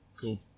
cool